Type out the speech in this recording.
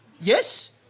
Yes